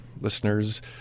listeners